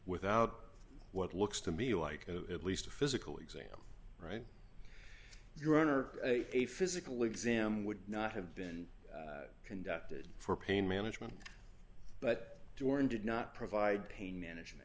without what looks to me like at least a physical exam right your honor a physical exam would not have been conducted for pain management but durham did not provide pain management